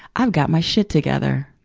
i've got my shit together.